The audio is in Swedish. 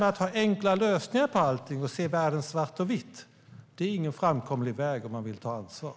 Att ha enkla lösningar på allt och se världen i svartvitt är ingen framkomlig väg om man vill ta ansvar.